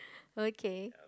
okay